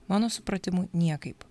mano supratimu niekaip